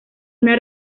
una